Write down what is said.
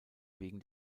wegen